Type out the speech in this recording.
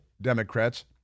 Democrats